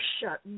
shut